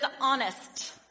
honest